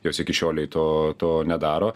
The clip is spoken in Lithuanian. jos iki šiolei to to nedaro